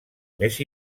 més